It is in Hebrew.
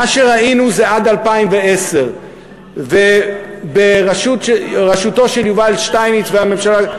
מה שראינו זה עד 2010. בראשותו של יובל שטייניץ והממשלה,